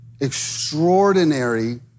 extraordinary